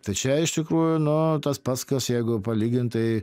tai čia iš tikrųjų nu tas pats kas jeigu palygintai